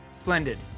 splendid